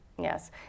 Yes